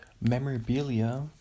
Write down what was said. memorabilia